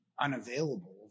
unavailable